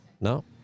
No